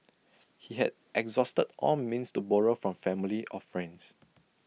he had exhausted all means to borrow from family or friends